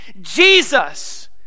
Jesus